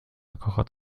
wasserkocher